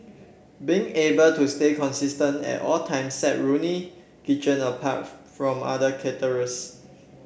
being able to stay consistent at all times set Ronnie Kitchen apart from other caterers